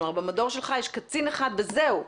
כלומר במדור שלך יש קצין אחד וזהו.